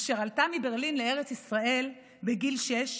אשר עלתה מברלין לארץ ישראל בגיל שש,